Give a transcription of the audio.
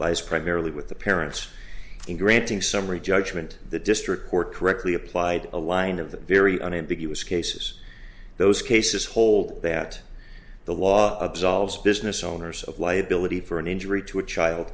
lies primarily with the parents in granting summary judgment the district court correctly applied a wind of the very unambiguous cases those cases hold that the law absolves business owners of liability for an injury to a child